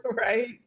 right